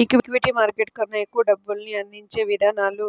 equity market కన్నా ఎక్కువ డబ్బుల్ని అందించే ఇదానాలు